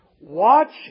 Watch